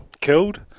killed